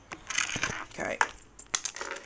correct